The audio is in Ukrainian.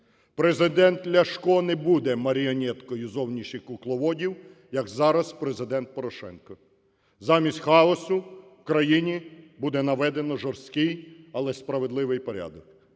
Президент Ляшко не буде маріонеткою зовнішніх кукловодів, як зараз Президент Порошенко. Замість хаосу в країні, буде наведено жорсткий, але справедливий порядок.